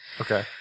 Okay